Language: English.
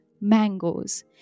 mangoes